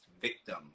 victim